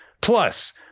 Plus